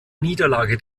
niederlage